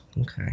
Okay